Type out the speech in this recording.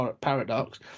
paradox